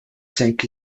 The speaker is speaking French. cinq